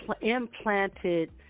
implanted